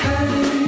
Hey